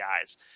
guys